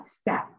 step